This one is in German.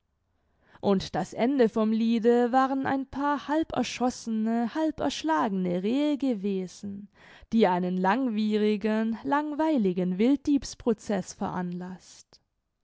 und das ende vom liede waren ein paar halb erschossene halb erschlagene rehe gewesen die einen langwierigen langweiligen wilddiebs proceß veranlaßt